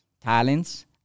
talents